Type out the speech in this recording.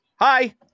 hi